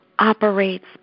operates